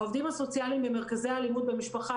העובדים הסוציאליים במרכזי אלימות במשפחה,